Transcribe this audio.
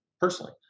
personally